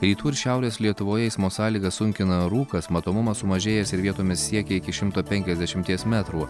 rytų ir šiaurės lietuvoje eismo sąlygas sunkina rūkas matomumas sumažėjęs ir vietomis siekia iki šimto penkliasdešimties metrų